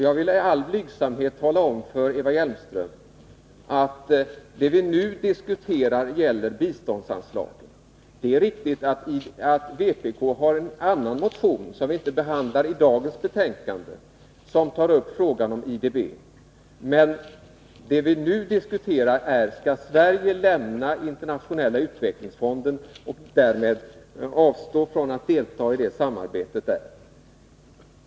Jag vill i all blygsamhet tala om för Eva Hjelmström att vi nu diskuterar biståndsanslagen. Det är riktigt att vpk har en annan motion, som inte behandlas i dagens betänkande och som tar upp frågan om IDB. Men vad vi nu diskuterar är: Skall Sverige lämna Internationella utvecklingsfonden och därmed avstå från att delta i samarbetet där?